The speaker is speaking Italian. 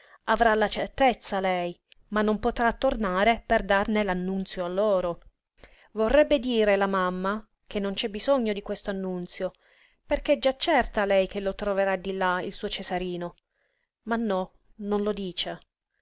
avrà la certezza lei ma non potrà tornare per darne l'annunzio a loro vorrebbe dire la mamma che non c'è bisogno di questo annunzio perché è già certa lei che lo troverà di là il suo cesarino ma no non lo dice